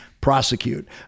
prosecute